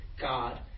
God